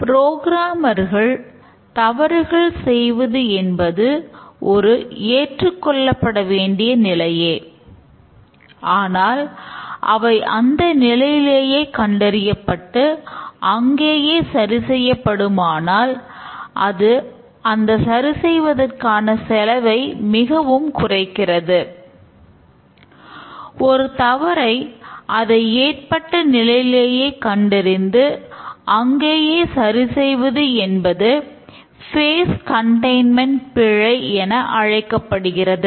ப்ரோக்ராமர்கள் பிழை என அழைக்கப்படுகிறது